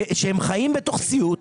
שהם חיים בתוך סיוט,